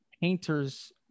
painters